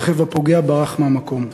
הרכב הפוגע ברח מהמקום.